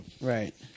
Right